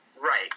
Right